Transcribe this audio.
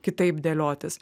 kitaip dėliotis